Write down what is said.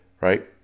right